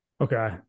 Okay